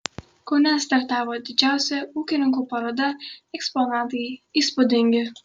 kaune startavo didžiausia ūkininkų paroda eksponatai įspūdingi